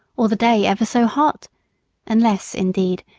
or the day ever so hot unless, indeed,